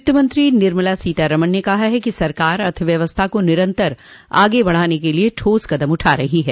वित्तमंत्री निर्मला सीतारमन ने कहा है कि सरकार अर्थव्यवस्था को निरन्तर आगे बढ़ाने के लिए ठोस कदम उठा रही है